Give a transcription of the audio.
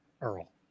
Earl